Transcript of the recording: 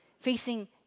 facing